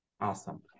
Awesome